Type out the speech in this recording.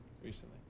Recently